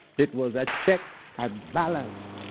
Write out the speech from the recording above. it was a check and balance